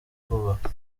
kubaka